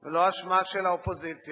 ולא אשמה של האופוזיציה,